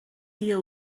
dia